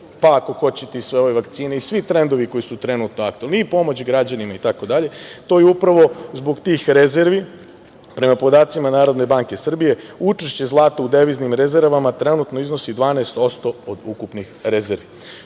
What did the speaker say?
pa ako hoćete i sve ove vakcine i svi trendovi koji su trenutno aktuelni i pomoć građanima? To je upravo zbog tih rezervi prema podacima Narodne banke Srbije. Učešće zlata u deviznim rezervama trenutno iznosi 12% od ukupnih rezervi.